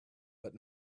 but